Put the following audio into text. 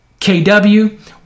KW